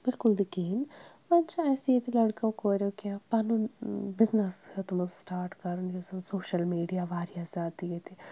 بِلکُل تہِ کِہیٖنۍ وۄنۍ چھِ اَسہِ ییٚتہِ لٔڑکو کوریو کینٛہہ پَنُن بِزنِس ہیوٚتمُت سٹاٹ کَرُن یُس زَن سوشَل میٖڈیا واریاہ زیادٕ ییٚتہِ